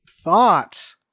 thought